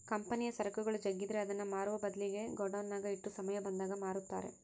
ಕಂಪನಿಯ ಸರಕುಗಳು ಜಗ್ಗಿದ್ರೆ ಅದನ್ನ ಮಾರುವ ಬದ್ಲಿಗೆ ಗೋಡೌನ್ನಗ ಇಟ್ಟು ಸಮಯ ಬಂದಾಗ ಮಾರುತ್ತಾರೆ